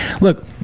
Look